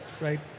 right